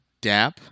DAP